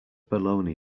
baloney